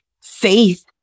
faith